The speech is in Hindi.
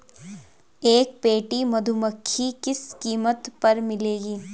एक पेटी मधुमक्खी किस कीमत पर मिलेगी?